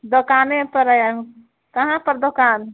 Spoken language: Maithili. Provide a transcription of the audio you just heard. दोकानेपर आएब कहाँपर दोकान